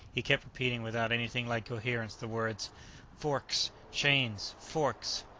he kept repeating without anything like coherence, the words forks! chains! forks.